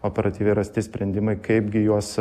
operatyviai rasti sprendimai kaipgi juos